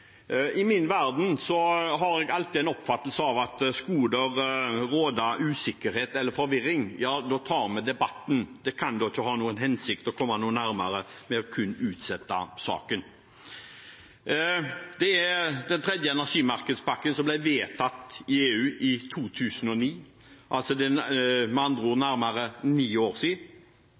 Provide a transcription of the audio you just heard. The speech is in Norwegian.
I min verden har jeg alltid vært av den oppfatning at hvis det skulle råde usikkerhet eller forvirring, så tar vi debatten. Kun å utsette saken kan da ikke ha noen hensikt eller føre til at vi kommer noe nærmere. Den tredje energimarkedspakken ble vedtatt av EU i 2009. Det er med andre ord nærmere ni år